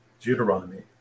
Deuteronomy